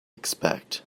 expect